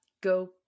Go